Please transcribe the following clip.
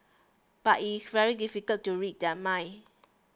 but it is very difficult to read their minds